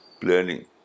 planning